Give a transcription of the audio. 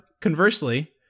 conversely